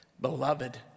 Beloved